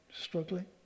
struggling